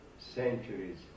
centuries